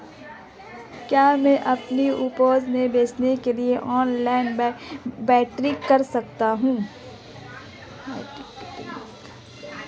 क्या मैं अपनी उपज बेचने के लिए ऑनलाइन मार्केटिंग कर सकता हूँ?